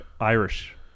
Irish